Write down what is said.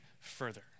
further